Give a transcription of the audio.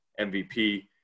MVP